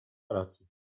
pracy